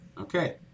Okay